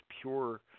pure